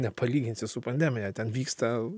nepalyginsi su pandemija ten vyksta